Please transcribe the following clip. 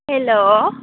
hello